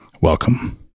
Welcome